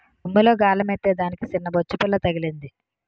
గుమ్మిలో గాలమేత్తే దానికి సిన్నబొచ్చుపిల్ల తగిలింది